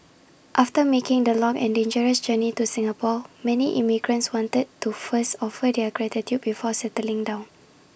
after making the long and dangerous journey to Singapore many immigrants wanted to first offer their gratitude before settling down